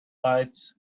lights